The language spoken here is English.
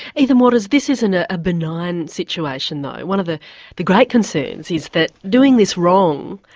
ethan watters, this isn't a benign situation though, one of the the great concerns is that doing this wrong,